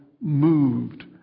moved